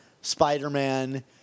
Spider-Man